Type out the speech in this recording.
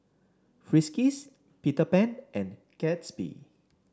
Friskies Peter Pan and Gatsby